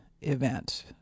event